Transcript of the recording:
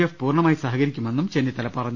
F പൂർണ്ണമായി സഹകരിക്കുമെന്നും Chennithala പറഞ്ഞു